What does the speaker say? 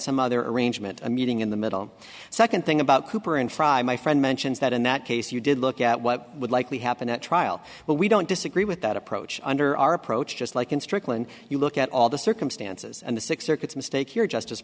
some other arrangement a meeting in the middle second thing about cooper and fry my friend mentions that in that case you did look at what would likely happen at trial but we don't disagree with that approach under our approach just like in strickland you look at all the circumstances and the six circuits mistake here justice